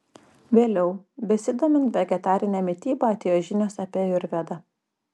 vėliau besidomint vegetarine mityba atėjo žinios apie ajurvedą